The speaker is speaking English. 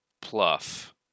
pluff